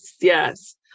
yes